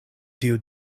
tiu